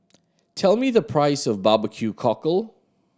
tell me the price of barbecue cockle